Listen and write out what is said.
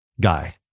guy